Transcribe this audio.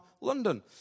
London